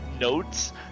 notes